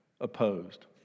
opposed